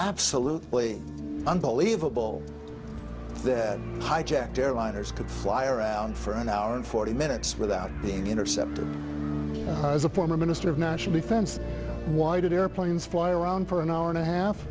absolutely unbelievable that hijacked airliners could fly around for an hour and forty minutes without being intercepted as a former minister of national defense why did airplanes fly around for an hour and a half